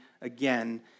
again